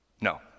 no